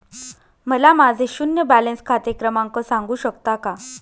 मला माझे शून्य बॅलन्स खाते क्रमांक सांगू शकता का?